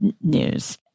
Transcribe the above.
news